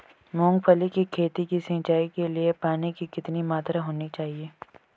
मूंगफली की खेती की सिंचाई के लिए पानी की कितनी मात्रा होनी चाहिए?